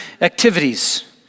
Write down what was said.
activities